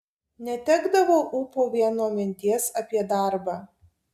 netekdavau ūpo vien nuo minties apie darbą